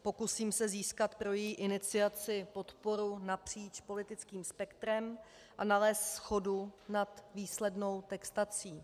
Pokusím se získat pro její iniciaci podporu napříč politickým spektrem a nalézt shodu nad výslednou textací.